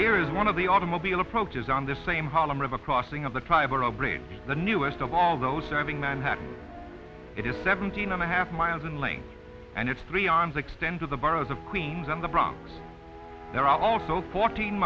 here is one of the automobile approaches on the same harlem river crossing of the triborough bridge the newest of all those serving manhattan it is seventeen and a half miles in length and its three arms extend to the boroughs of queens and the bronx there are also fourteen